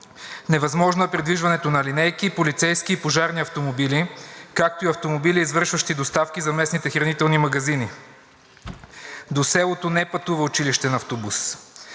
Невъзможно е придвижването на линейки, полицейски и пожарни автомобили, както и автомобили, извършващи доставки за местните хранителни магазини. До селото не пътува училищен автобус.